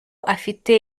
afite